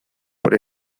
por